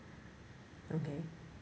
okay